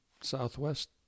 Southwest